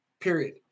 period